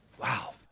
Wow